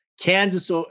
Kansas